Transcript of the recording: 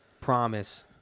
promise